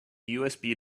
usb